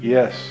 Yes